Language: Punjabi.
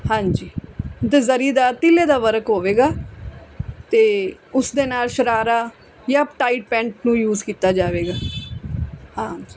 ਹਾਂਜੀ ਅਤੇ ਜ਼ਰੀਦਾਰ ਤੀਲੇ ਦਾ ਵਰਕ ਹੋਵੇਗਾ ਅਤੇ ਉਸ ਦੇ ਨਾਲ ਸ਼ਰਾਰਾ ਜਾਂ ਟਾਈਟ ਪੈਂਟ ਨੂੰ ਯੂਜ ਕੀਤਾ ਜਾਵੇਗਾ ਆ